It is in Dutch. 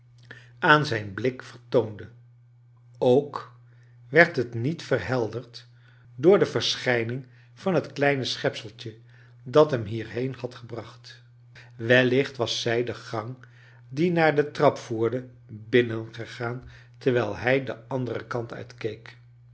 aan zijn blik vertoonde ook werd het niet verhelderd door de verschijning van het kleine schepseltje dat hem hierheen had gebraeht wellicht was zij de gang die naar de trap voerde binnengegaan terwijl hij den anderen kan't uitkeek